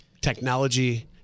technology